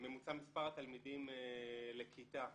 ממוצע מספר התלמידים לכיתה.